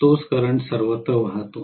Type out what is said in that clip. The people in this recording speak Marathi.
तोच करंट सर्वत्र वाहतो